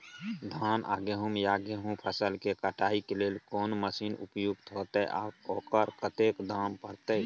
धान आ गहूम या गेहूं फसल के कटाई के लेल कोन मसीन उपयुक्त होतै आ ओकर कतेक दाम परतै?